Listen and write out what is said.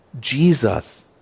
Jesus